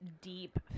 deep